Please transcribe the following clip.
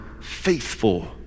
faithful